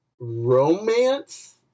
romance